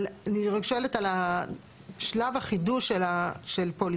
אבל אני שואלת רק על שלב החידוש של פוליסה.